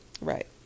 Right